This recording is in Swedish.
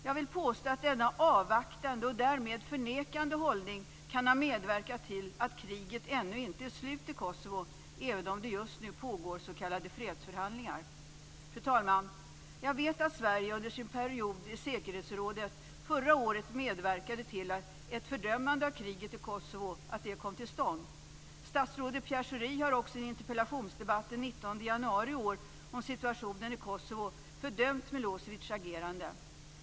Jag vill påstå att denna avvaktande och därmed förnekande hållning kan ha medverkat till att kriget ännu inte är slut i Kosovo, även om det just nu pågår s.k. fredsförhandlingar. Fru talman! Jag vet att Sverige under sin period i säkerhetsrådet förra året medverkade till att ett fördömande av kriget i Kosovo kom till stånd. Statsrådet Pierre Schori har också i en interpellationsdebatt den 19 januari i år om situationen i Kosovo fördömt Milosevics agerande.